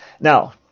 now